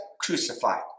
crucified